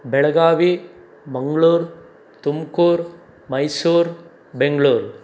Belagavi Mangaluru Tumakuru Mysuru Bengaluru